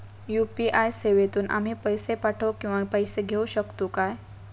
UPI सेवेतून आम्ही पैसे पाठव किंवा पैसे घेऊ शकतू काय?